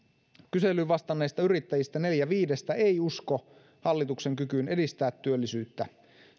kyselyyn vastanneista yrittäjistä neljä viidestä ei usko hallituksen kykyyn edistää työllisyyttä